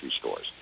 stores